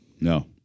no